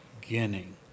beginning